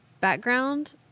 background